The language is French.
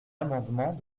amendement